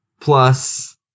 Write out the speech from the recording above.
plus